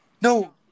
No